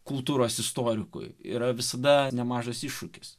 kultūros istorikui yra visada nemažas iššūkis